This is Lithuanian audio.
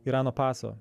irano paso